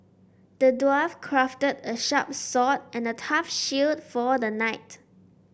the dwarf crafted a sharp sword and a tough shield for the knight